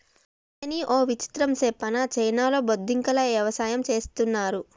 అయ్యనీ ఓ విచిత్రం సెప్పనా చైనాలో బొద్దింకల యవసాయం చేస్తున్నారు